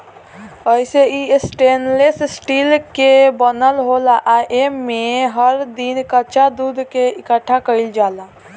अइसे इ stainless steel के बनल होला आ एमे हर दिन कच्चा दूध के इकठ्ठा कईल जाला